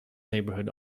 neighbourhood